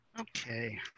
Okay